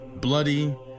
bloody